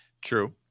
True